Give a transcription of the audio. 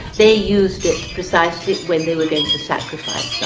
they used it precisely when they were going to sacrifice